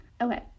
Okay